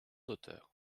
hauteur